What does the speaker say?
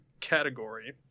category